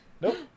Nope